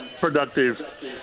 productive